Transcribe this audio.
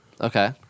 Okay